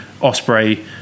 Osprey